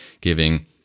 giving